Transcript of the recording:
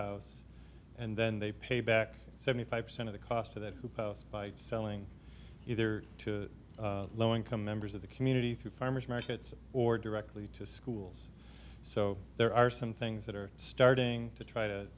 posts and then they pay back seventy five percent of the cost of that house by selling either to low income members of the community through farmers markets or directly to schools so there are some things that are starting to try to